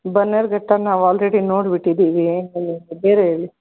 ಬನ್ನೇರ್ಘಟ್ಟ ನಾವು ಆಲ್ರೆಡಿ ನೋಡಿಬಿಟ್ಟಿದ್ದೀವಿ ಬೇರೆ ಹೇಳಿ